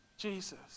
Jesus